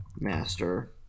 Master